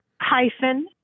Hyphen